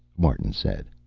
martin said.